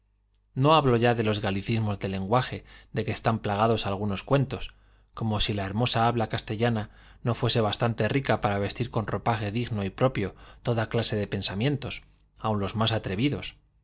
no hablo ya de los galicismos de lenguaje de que están plagados algunos cuentos como si la hermosa habla castellana no fuese bas tante rica para vestir c on ropaje digno y propio toda clase de pensamientos los más atrevidos